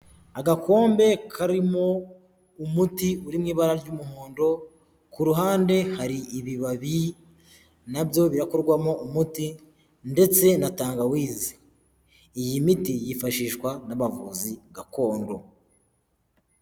Agakombe karimo umuti uri mu ibara ry'umuhondo, ku ruhande hari ibibabi nabyo birakorwamo umuti ndetse na tangawizi, iyi miti yifashishwa n'abavuzi gakondo.